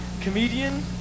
Comedian